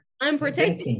unprotected